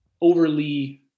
overly